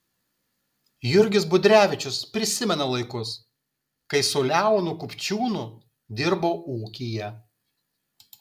jurgis budrevičius prisimena laikus kai su leonu kupčiūnu dirbo ūkyje